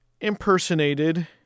impersonated